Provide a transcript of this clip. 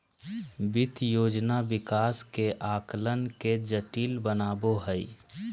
वित्त योजना विकास के आकलन के जटिल बनबो हइ